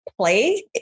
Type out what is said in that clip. Play